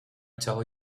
tell